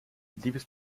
liebes